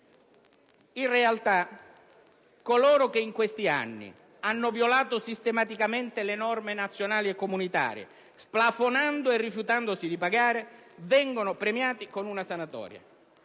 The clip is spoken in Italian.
In realtà, coloro che in questi anni hanno violato sistematicamente le norme nazionali e comunitarie, splafonando e rifiutandosi di pagare, vengono premiati con una sanatoria,